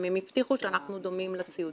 הם הבטיחו שאנחנו דומים לסיעודיים.